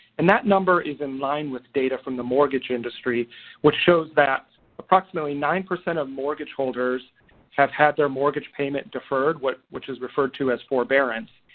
and that number is in line with data from the mortgage industry which shows that approximately nine percent of mortgage holders have had their mortgage payment deferred which is referred to as forbearance.